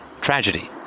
tragedy